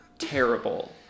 terrible